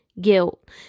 guilt